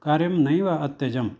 कार्यं नैव अत्यजम्